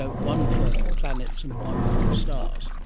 ah one for planets and one for stars?